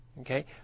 Okay